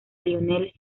lionel